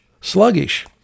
sluggish